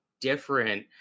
different